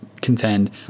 contend